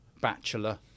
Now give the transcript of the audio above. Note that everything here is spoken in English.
bachelor